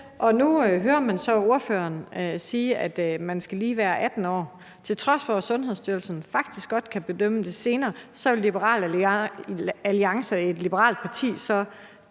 nu hører man så ordføreren sige, at man lige skal være 18 år. Til trods for at Sundhedsstyrelsen faktisk godt kan bedømme det senere, vil Liberal